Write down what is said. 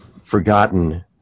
forgotten